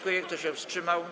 Kto się wstrzymał?